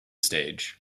stage